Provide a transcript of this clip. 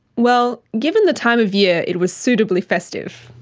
well, given the time of year, it was suitably festive.